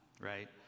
right